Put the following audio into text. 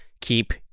keep